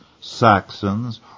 Saxons